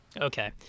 Okay